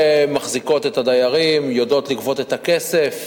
שמחזיקות את הדיירים, יודעות לגבות את הכסף.